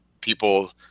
people